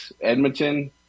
Edmonton